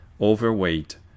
overweight